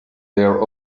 their